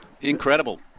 Incredible